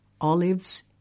olives